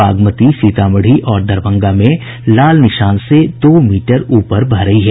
बागमती सीतामढ़ी और दरभंगा में लाल निशान से दो मीटर ऊपर बह रही है